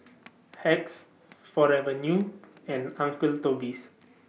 Hacks Forever New and Uncle Toby's